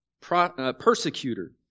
persecutor